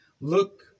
Look